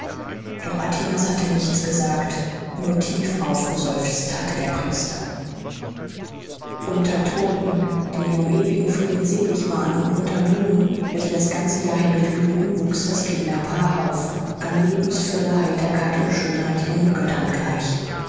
doch atinas hatte nichts gesagt nur tief aufgeseufzt hatte der priester unter todten die in ihrem ewigen frieden selig waren und unter blumen welche das ganze jahr hindurch blühten wuchs das kinderpaar auf an lebensfülle heiterkeit und schönheit jungen göttern gleich